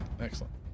Excellent